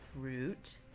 fruit